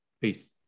Peace